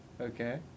Okay